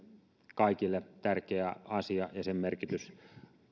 kaikille tärkeä asia ja sen merkitys